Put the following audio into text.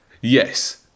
...yes